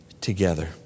together